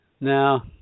now